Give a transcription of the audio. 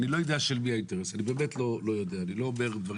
אני לא יודע של מי האינטרס,